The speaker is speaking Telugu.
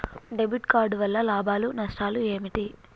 డెబిట్ కార్డు వల్ల లాభాలు నష్టాలు ఏమిటి?